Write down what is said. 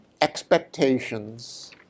expectations